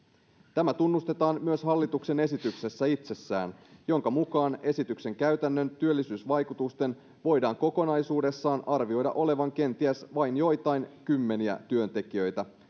tämä tunnustetaan myös hallituksen esityksessä itsessään jonka mukaan esityksen käytännön työllisyysvaikutusten voidaan kokonaisuudessaan arvioida olevan kenties vain joitain kymmeniä työntekijöitä